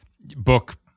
Book